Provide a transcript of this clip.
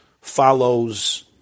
follows